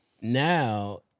now